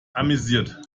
amüsiert